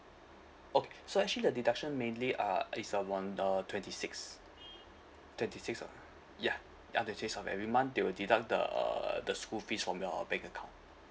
okay so actually the deduction mainly ah is uh on the twenty sixth twenty sixth ah ya ya twenty sixth of every month they will deduct the the school fees from your bank account